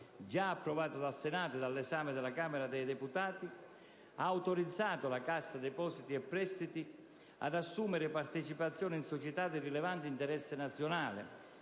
già approvato dal Senato e all'esame delle Camera dei deputati, ha autorizzato la Cassa depositi e prestiti ad assumere partecipazioni in società di rilevante interesse nazionale